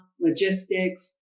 logistics